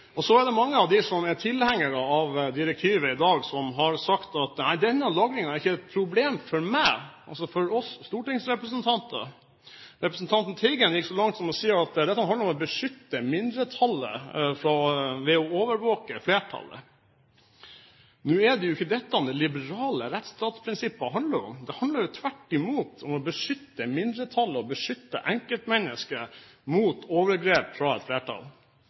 altså. Så er det mange av dem som er tilhengere av direktivet i dag, som har sagt at denne lagringen ikke er et problem for oss stortingsrepresentanter. Representanten Teigen gikk så langt som til å si at dette handler om å beskytte mindretallet ved å overvåke flertallet. Nå er det ikke dette liberale rettsstatsprinsipper handler om. Det handler tvert imot om å beskytte mindretallet, å beskytte enkeltmennesket mot overgrep fra et flertall.